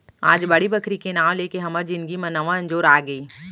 आज बाड़ी बखरी के नांव लेके हमर जिनगी म नवा अंजोर आगे